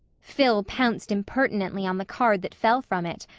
phil pounced impertinently on the card that fell from it,